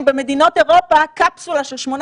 משרד החינוך הלך איתנו על אותו קו.